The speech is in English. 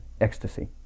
ecstasy